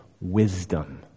wisdom